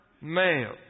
male